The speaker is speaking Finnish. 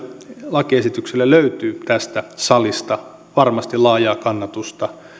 lakiesitykselle löytyy tästä salista varmasti laajaa kannatusta